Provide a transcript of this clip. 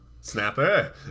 snapper